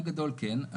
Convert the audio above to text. בגדול כן.